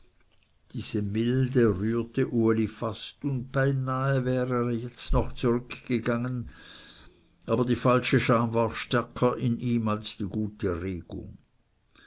diese milde rührte uli fast und beinahe wäre er jetzt noch zurückgegangen aber die falsche scham war stärker in ihm als die gute regung